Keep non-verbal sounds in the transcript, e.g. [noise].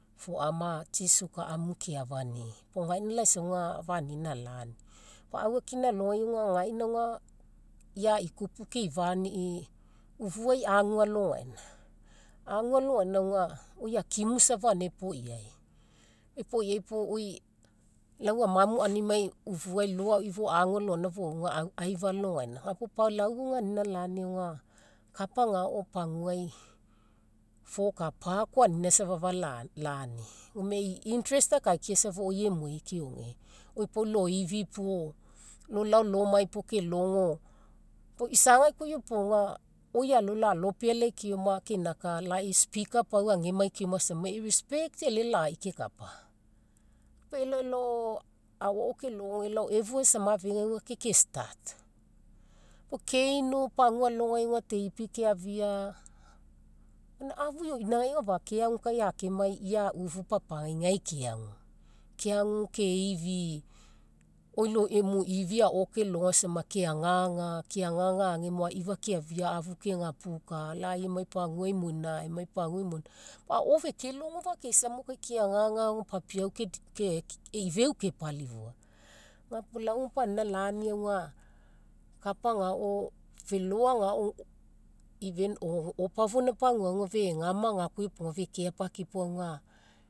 Foama tsi suka amu keafanii, puo gaina laisa auga afa anina alaani. Lau aufakina alogai auga gaina auga ia ikupu keifani ufuuai agu alogaina, agu alogaina auga, oi akimu safa gaina epoai. Epoiai puo lau amamu aunimai ufuai law auii fou agu alogaina fouga aifa alogaina, ga puo pau lau auga anina lani auga kapa agao paguai fokapa koa safa anina lani gome e'i interest akaikiai safa oi emuai keoge. Oi pau lo ifi puo, lo lao lomai puo kelogo, pau isagai ko iopoga oi alolao alopealai keoma keinaka lai speaker pau agemai keoma sama e'i respect elelai kekapa. Pau elao elao ao kelogo elao efua afegai ke kestart. Pau keinu pagua alogai auga teipi keafia, gaina afu ioinagai afakeagu kai akemai ia a'ufu papagai gae keagu, keagu keifi, oi emu ifi ao kelogo sama keagaga keagaga agemo aifa keafia afu kegapuka, lai emai pagua imoina emai pagua imoina, ao fekelogofakeisa mo kai keagaga papiau [hesitation] e'i feu kepalifua. Ga puo lau auga pau anina lani auga kapa agao felo agao even opofoina paguaga fegama ga koa iopoga fekeapakipo auga